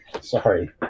Sorry